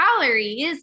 calories